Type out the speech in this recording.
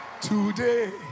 Today